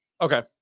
Okay